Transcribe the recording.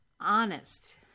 Honest